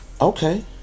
Okay